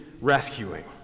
rescuing